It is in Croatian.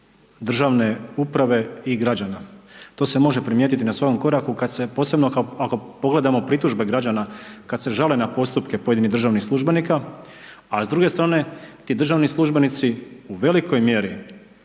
državne uprave i građana. To se može primijetiti na svakom koraku kada se, posebno ako pogledamo pritužbe građana kada se žale na postupke pojedinih državnih službenika a s druge strane ti državni službenici u velikoj mjeri